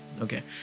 Okay